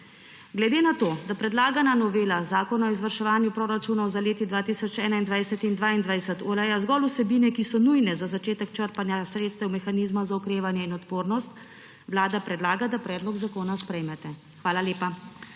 Glede na to, da predlagana novela Zakona o izvrševanju proračunov za leti 2021 in 2022 ureja zgolj vsebine, ki so nujne za začetek črpanja sredstev mehanizma za okrevanje in odpornost, Vlada predlaga, da predlog zakona sprejmete. Hvala lepa.